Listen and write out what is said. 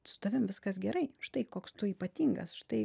su tavim viskas gerai štai koks tu ypatingas štai